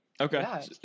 Okay